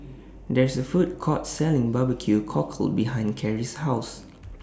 There IS A Food Court Selling Barbecue Cockle behind Kerry's House